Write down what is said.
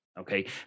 Okay